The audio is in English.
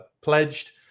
pledged